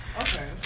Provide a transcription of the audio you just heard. Okay